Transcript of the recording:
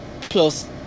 plus